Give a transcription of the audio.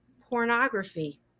pornography